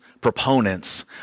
proponents